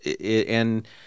And-